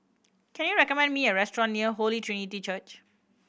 can you recommend me a restaurant near Holy Trinity Church